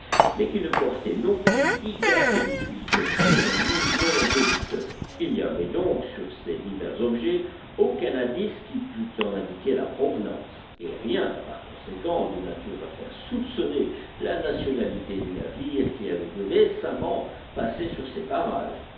mais qui ne portait non plus ni date de publication ni nom d'éditeur il n'y avait donc sur ces divers objets aucun indice qui pût en indiquer la provenance et rien par conséquent de nature à faire soupçonner la nationalité du navire qui avait dû récemment passer sur ces parages